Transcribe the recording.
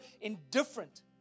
indifferent